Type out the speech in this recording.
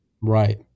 Right